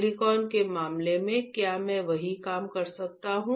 silicon के मामले में क्या मैं वही काम कर सकता हूं